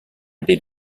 did